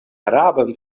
araban